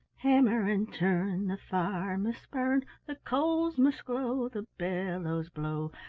hammer and turn! the fire must burn, the coals must glow, the bellows blow.